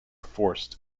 forced